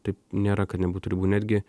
taip nėra kad nebūtų ribų netgi